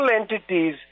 entities